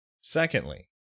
Secondly